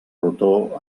rotor